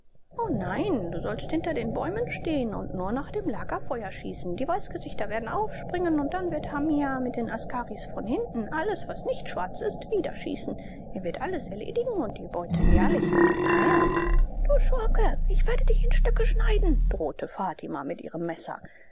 o nein du sollst hinter den bäumen stehen und nur nach dem lagerfeuer schießen die weißgesichter werden aufspringen und dann wird hamia mit den askaris von hinten alles was nicht schwarz ist niederschießen er wird alles erledigen und die beute ehrlich mit dir teilen du schurke ich werde dich in stücke schneiden drohte fatima mit ihrem messer